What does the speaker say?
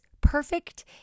perfect